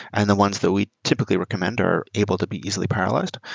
and the ones that we typically recommend are able to be easily parallelized,